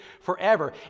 forever